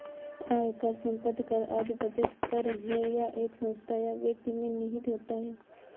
आयकर, संपत्ति कर आदि प्रत्यक्ष कर है यह एक संस्था या व्यक्ति में निहित होता है